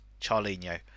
Charlino